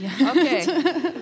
Okay